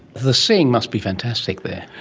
the seeing must be fantastic there.